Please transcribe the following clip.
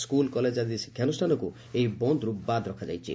school college ଆଦି ଶିକ୍ଷାନୁଷାନକୁ ଏହି ବନ୍ଦର୍ ବାଦ ରଖାଯାଇଛି